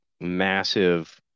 massive